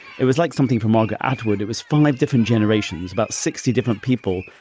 it was like something for margaret atwood. it was five different generations, about sixty different people.